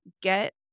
get